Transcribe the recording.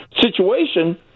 situation